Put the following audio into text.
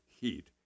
heat